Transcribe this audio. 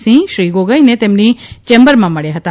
સિંહ શ્રી ગોગોઇને તેમની ચેમ્બરમાં મળ્યા હતા